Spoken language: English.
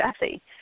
Jesse